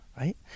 right